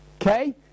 Okay